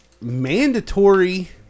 mandatory